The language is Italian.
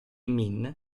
min